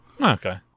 Okay